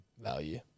value